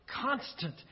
constant